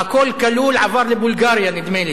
"הכול כלול" עבר לבולגריה, נדמה לי.